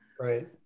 Right